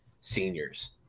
seniors